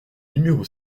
numéro